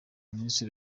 minisitiri